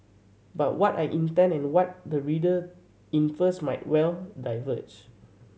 but what I intend and what the reader infers might well diverge